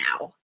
now